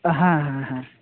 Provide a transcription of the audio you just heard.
ᱦᱮᱸ ᱦᱮᱸ ᱦᱮᱸ